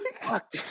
fuck